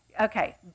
Okay